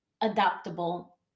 adaptable